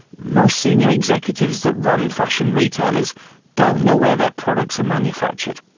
most senior executives that run fashion retailers don't know where their products are manufactured.